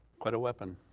quite a weapon.